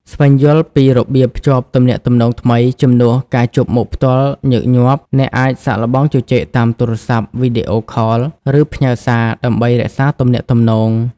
ស្វែងយល់ពីរបៀបភ្ជាប់ទំនាក់ទំនងថ្មី ជំនួសការជួបមុខផ្ទាល់ញឹកញាប់ អ្នកអាចសាកល្បងជជែកតាមទូរស័ព្ទ វីដេអូខល ឬផ្ញើសារ ដើម្បីរក្សាទំនាក់ទំនង។